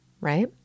Right